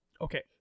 Okay